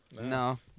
No